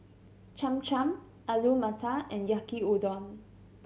Cham Cham Alu Matar and Yaki Udon